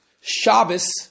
Shabbos